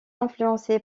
influencé